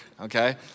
Okay